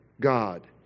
God